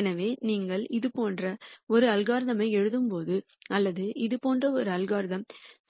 எனவே நீங்கள் இது போன்ற ஒரு அல்காரிதம் ஐ எழுதும்போது அல்லது இது போன்ற ஒரு அல்காரிதம்